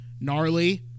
gnarly